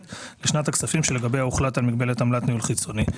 לשנת הכספים שלגביה הוחלט על מגבלת עמלת ניהול חיצוני.